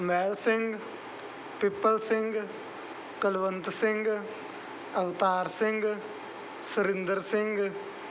Mahal Singh Pippal Singh Kulwant Singh Avtar Singh Surinder Singh